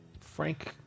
Frank